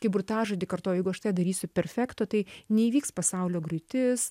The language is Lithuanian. kai burtažodį kartoju jeigu aš tą darysiu perfekto tai neįvyks pasaulio griūtis